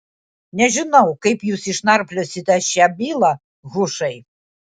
nežinau kaip jūs išnarpliosite šią bylą hušai